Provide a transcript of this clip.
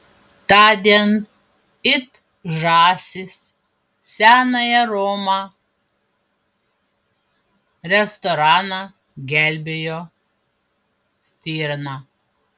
tądien it žąsys senąją romą restoraną gelbėjo stirna